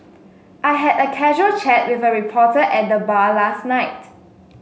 I had a casual chat with a reporter at the bar last night